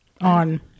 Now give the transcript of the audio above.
on